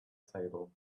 table